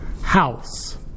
house